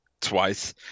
twice